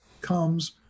comes